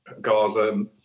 Gaza